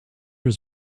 his